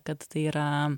kad tai yra